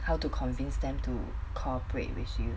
how to convince them to cooperate with you